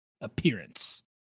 appearance